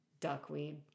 Duckweed